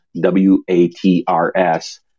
W-A-T-R-S